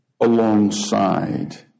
alongside